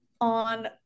on